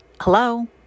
Hello